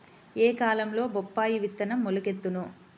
ఏ కాలంలో బొప్పాయి విత్తనం మొలకెత్తును?